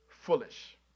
Foolish